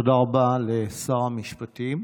תודה רבה לשר המשפטים.